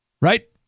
right